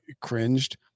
cringed